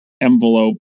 envelope